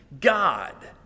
God